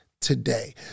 Today